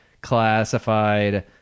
classified